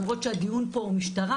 למרות שהדיון פה הוא משטרה,